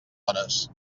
hores